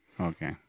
Okay